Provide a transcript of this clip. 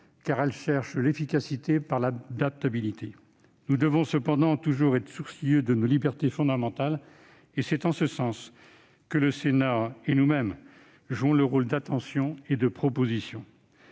car elles cherchent l'efficacité par l'adaptabilité. Nous devons cependant toujours être sourcilleux sur nos libertés fondamentales. C'est en ce sens que le Sénat et nous-mêmes jouons notre rôle, en faisant preuve d'attention